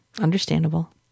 Understandable